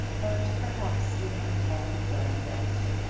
but perhaps it might all be well yet.